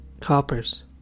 Coppers